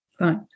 Right